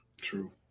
True